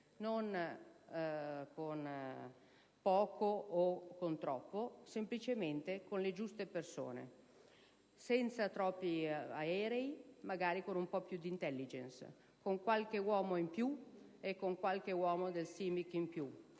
né con poco, né con troppo, semplicemente con le giuste persone, senza troppi aerei, magari con un po' più di *intelligence.* Con qualche uomo in più e con qualche uomo del SIMIC in più,